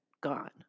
gone